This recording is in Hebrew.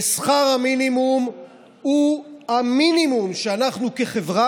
ושכר המינימום הוא המינימום שאנחנו כחברה